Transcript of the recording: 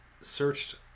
Searched